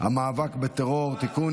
המאבק בטרור (תיקון,